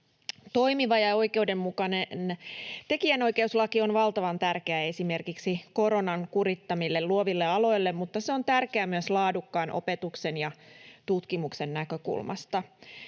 Toimiva ja oikeudenmukainen tekijänoikeuslaki on valtavan tärkeä esimerkiksi koronan kurittamille luoville aloille, mutta se on tärkeää myös laadukkaan opetuksen ja tutkimuksen näkökulmasta.